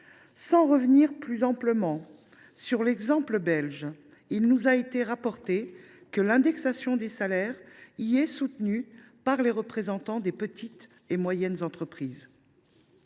Sans revenir plus amplement sur l’exemple belge, il nous a été rapporté que l’indexation des salaires y est défendue par les représentants des petites et moyennes entreprises.